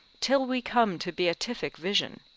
till we come to beatific vision,